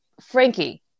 Frankie